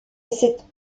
cette